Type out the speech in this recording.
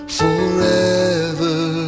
forever